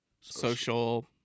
social